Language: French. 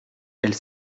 elle